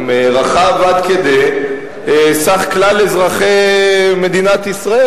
רחב עד כדי סך כלל אזרחי מדינת ישראל,